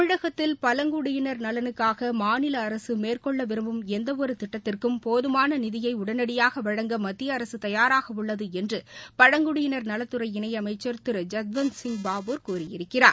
தமிழகத்தில் பழங்குடியினர் நலனுக்காக மாநில அரசு மேற்கொள்ள விரும்பும் எந்த ஒரு திட்டத்திற்கும் போதுமான நிதியை உடனடியாக வழங்க மத்திய அரசு தயாராக உள்ளது என்று பழங்குடியினா் நலத்துறை இணை அமைச்சர் திரு ஜஷ்வந்த்சிங் பாபோர் கூறியிருக்கிறார்